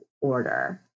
order